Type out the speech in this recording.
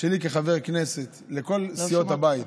שלי כחבר כנסת לכל סיעות הבית,